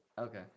Okay